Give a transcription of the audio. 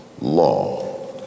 law